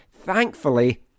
Thankfully